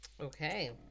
okay